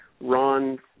Ron